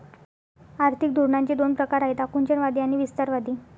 आर्थिक धोरणांचे दोन प्रकार आहेत आकुंचनवादी आणि विस्तारवादी